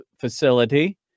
facility